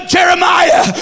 Jeremiah